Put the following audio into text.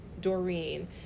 Doreen